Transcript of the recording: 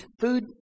food